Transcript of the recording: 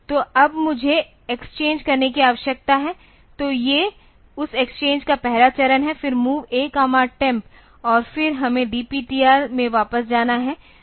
तो अब मुझे एक्सचेंज करने की आवश्यकता है तो ये उस एक्सचेंज का पहला चरण है फिर MOV A temp और फिर हमें DPTR में वापस जाना है